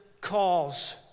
cause